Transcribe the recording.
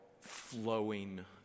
flowing